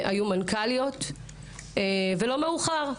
וזה לא מאוחר,